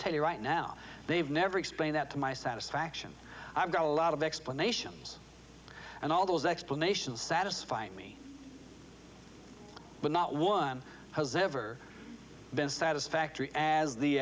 tell you right now they've never explained that to my satisfaction i've got a lot of explanations and all those explanations satisfy me but not one has ever been satisfactory as the